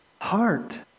Heart